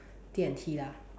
D&T lah